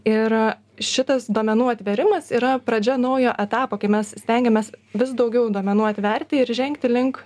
ir šitas duomenų atvėrimas yra pradžia naujo etapo kai mes stengiamės vis daugiau duomenų atverti ir žengti link